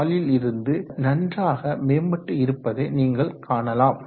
44 லிருந்து ஆக நன்றாக மேம்பட்டு இருப்பதை நீங்கள் காணலாம்